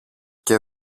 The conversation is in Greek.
και